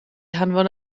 hanfon